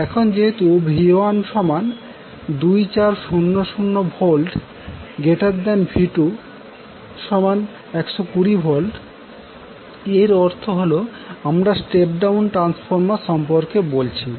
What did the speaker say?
এখন যেহেতু V12400VV2120Vএর অর্থ হলো যে আমরা স্টেপ ডাউন ট্রান্সফর্মার সম্পর্কে বলছি